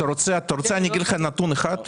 אני אגיד לך נתון אחד.